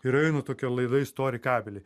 ir eina tokie laidai stori kabeliai